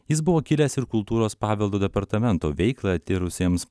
jis buvo kilęs ir kultūros paveldo departamento veiklą tyrusiems